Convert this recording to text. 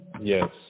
Yes